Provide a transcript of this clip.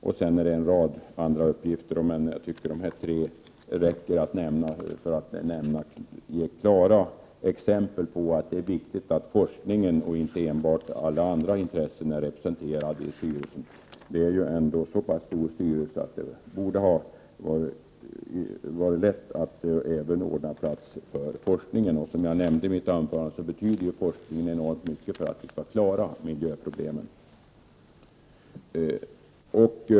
Styrelsen har också en rad andra uppgifter, men jag tycker att det räcker att nämna dessa tre för att ge klara exempel på att det är viktigt att forskningen och inte enbart alla andra intressen får representation i styrelsen. Det är ändå fråga om en så pass stor styrelse att det borde ha varit lätt att ordna plats även för forskningen. Som jag nämnde i mitt förra anförande, betyder forskningen enormt mycket för att vi skall klara miljöproblemen.